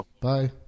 Bye